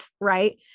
right